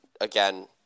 again